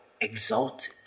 exalted